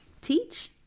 teach